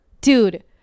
dude